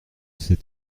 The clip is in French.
ces